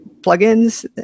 plugins